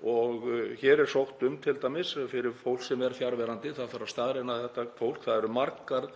og hér er sótt um t.d. fyrir fólk sem er fjarverandi. Það þarf að staðreyna þetta fólk. Það eru margar